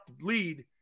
lead